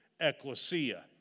ecclesia